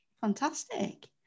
Fantastic